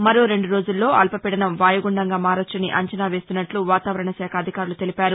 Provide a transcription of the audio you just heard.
మరో రెండు రోజుల్లో అల్పపీడనం వాయుగుండంగా మారొచ్చని అంచనా వేస్తున్నట్లు వాతావరణ శాఖ అధికారులు తెలిపారు